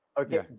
Okay